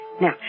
Now